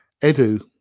Edu